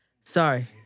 Sorry